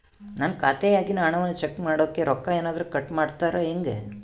ನನ್ನ ಖಾತೆಯಾಗಿನ ಹಣವನ್ನು ಚೆಕ್ ಮಾಡೋಕೆ ರೊಕ್ಕ ಏನಾದರೂ ಕಟ್ ಮಾಡುತ್ತೇರಾ ಹೆಂಗೆ?